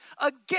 again